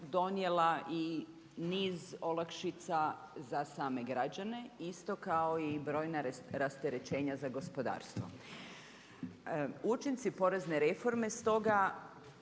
donijela i niz olakšica za same građane isto kao i brojna rasterećenja za gospodarstvo. Učinci porezne reforme stoga